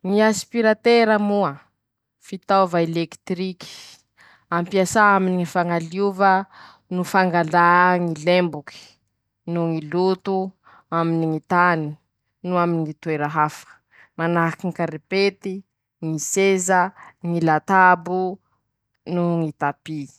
Ñy aspiratera moa :fitaova elekitiriky, ampiasà aminy ñy fañaliova no fangalà ñy lemboky noho ñy loto aminy ñy tany no aminy ñy toera hafa, manahaky ñy karipety, ñy seza, ñy latabo, noho ñy tapy.